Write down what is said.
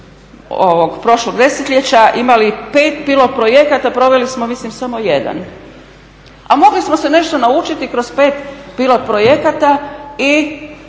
prošlog desetljeća imali pet pilot projekata, proveli smo mislim samo jedan, a mogli smo se nešto naučiti kroz pet pilot projekata i